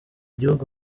gihugu